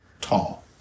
Tall